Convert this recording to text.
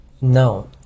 No